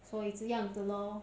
所以这样的咯